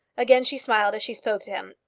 again she smiled as she spoke to him.